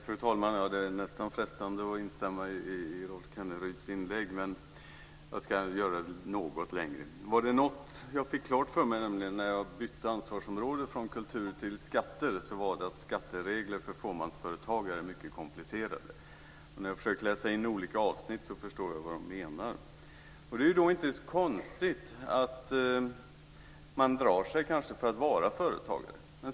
Fru talman! Det är nästan frestande att instämma i Rolf Kenneryds inlägg. Jag ska göra ett något längre inlägg. Vad det något jag fick klart för mig när jag bytte ansvarsområde från kultur till skatter var det att skatteregler för fåmansföretagare är mycket komplicerade. När jag försökt att läsa in olika avsnitt har jag förstått vad man menar. Det är inte konstigt att man drar sig för att vara företagare.